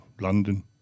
London